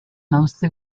mostly